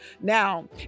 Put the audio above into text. Now